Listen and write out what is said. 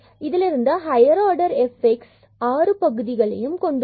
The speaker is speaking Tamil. இதிலிருந்து ஹையர் ஆர்டர் fx 6 பகுதியும் உள்ளது